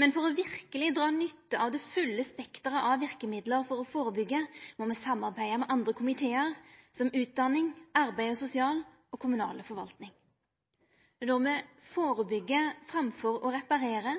Men for verkeleg å dra nytte av det fulle spekteret av verkemiddel for å førebyggja må me samarbeida med andre komitear som utdanningskomiteen, arbeids- og sosialkomiteen og kommunal- og forvaltingskomiteen. Når me førebyggjer framfor å reparera,